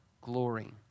glory